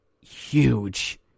huge